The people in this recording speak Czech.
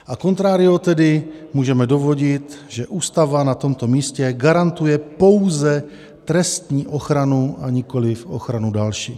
A contrario tedy můžeme dovodit, že Ústava na tomto místě garantuje pouze trestní ochranu, a nikoliv ochranu další.